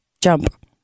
Jump